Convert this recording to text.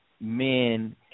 men